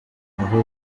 aho